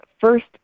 first